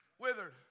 withered